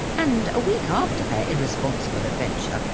and a week after their irresponsible adventure,